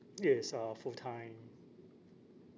yes uh full time